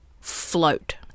float